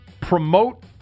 promote